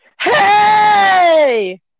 Hey